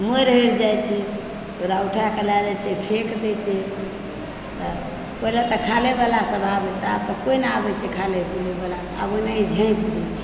मरि हरि जाइत छै तब ओकरा उठा कऽ लए जाइत छै फेक दै छै तऽ पहिले तऽ खाले वला सब आबै आब तऽ कोइ नहि आबैत छै खाले पीले वला सब आब ओनाही झाँपि दै छै